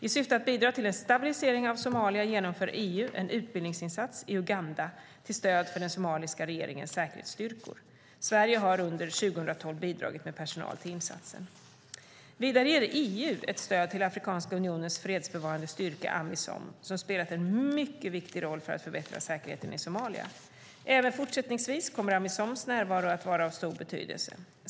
I syfte att bidra till en stabilisering av Somalia genomför EU en utbildningsinsats i Uganda till stöd för den somaliska regeringens säkerhetsstyrkor. Sverige har under 2012 bidragit med personal till insatsen. Vidare ger EU ett stöd till Afrikanska unionens fredsbevarande styrka, Amisom, som har spelat en mycket viktig roll för att förbättra säkerheten i Somalia. Även fortsättningsvis kommer Amisoms närvaro att vara av stor betydelse.